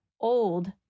old